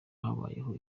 habayeho